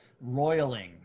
roiling